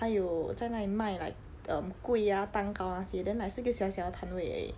她有在那里卖 like um kueh ah 蛋糕那些 then like 是一个小小的摊位而已